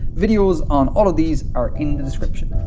videos on all of these are in the description.